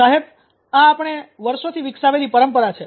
સાહેબ આ આપણે વર્ષોથી વિકસાવેલી પરંપરા છે